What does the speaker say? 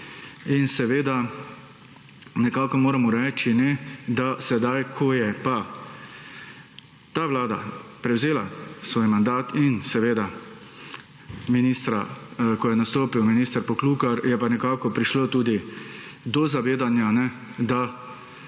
In seveda nekako moramo reči, da sedaj, ko je pa ta vlada prevzela svoj mandat in seveda ministra, ko je nastopil minister Poklukar, je pa nekako prišlo tudi do zavedanja, da